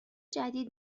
جدید